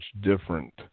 different